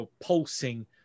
pulsing